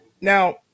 Now